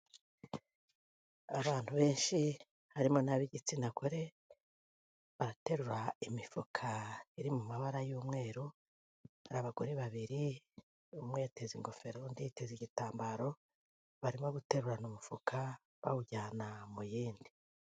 Abantu benshi harimo n'ab'igitsina gore baraterura imifuka iri mu mabara y'umweru, ni abagore babiri, umwe yateza ingofero undi yiteze igitambaro, barimo guterurana umufuka bawujyana mu yindi.